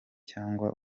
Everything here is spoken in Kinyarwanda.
cyangwa